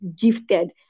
gifted